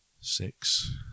Six